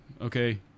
okay